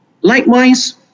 Likewise